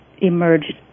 emerged